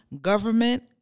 government